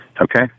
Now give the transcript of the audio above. Okay